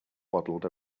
waddled